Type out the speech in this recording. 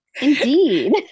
indeed